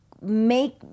make